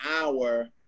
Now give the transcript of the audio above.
hour